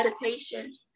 meditation